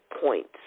points